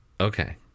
okay